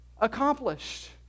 accomplished